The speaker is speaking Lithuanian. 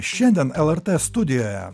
šiandien lrt studijoje